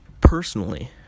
Personally